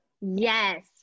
yes